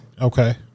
Okay